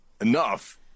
enough